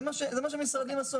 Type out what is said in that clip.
זה מה שהמשרדים עשו,